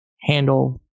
handle